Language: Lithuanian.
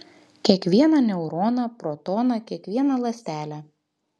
kiekvieną neuroną protoną kiekvieną ląstelę